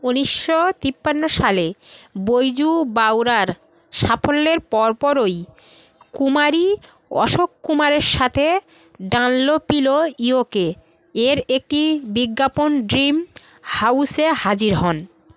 উনিশশো তিপান্ন সালে বৈজু বাওরার সাফল্যের পরপরই কুমারী অশোক কুমারের সাথে ডানলোপিলো ইউকে এর একটি বিজ্ঞাপন ড্রিম হাউসে হাজির হন